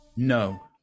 No